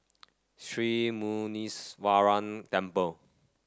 Sri Muneeswaran Temple